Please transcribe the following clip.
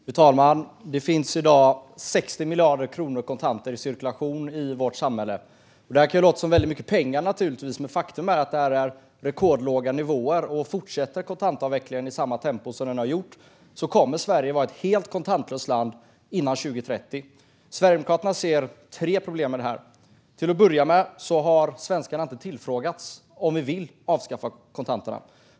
Fru talman! Det finns i dag 60 miljarder kronor i kontanter i cirkulation i vårt samhälle. Det kan naturligtvis låta som väldigt mycket pengar, men faktum är att det är rekordlåga nivåer. Fortsätter kontantavvecklingen i samma tempo som hittills kommer Sverige att vara ett helt kontantlöst land före 2030. Sverigedemokraterna ser tre problem med det här. För det första har svenskarna inte tillfrågats om de vill avskaffa kontanterna.